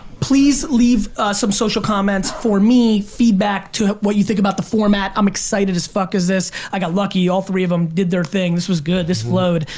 please leave some social comments for me. feedback to what you think about the format. i'm excited as fuck as this. i got lucky. all three of them did their thing. this was good, this flowed.